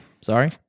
sorry